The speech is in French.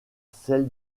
celle